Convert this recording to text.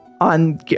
on